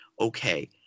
okay